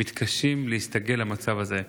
מתקשים להסתגל למצב הזה.